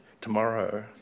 tomorrow